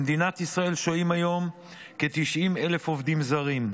במדינת ישראל שוהים היום כ-90,000 עובדים זרים.